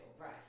Right